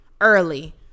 early